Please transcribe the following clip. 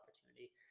opportunity